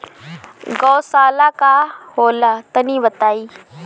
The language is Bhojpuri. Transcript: गौवशाला का होला तनी बताई?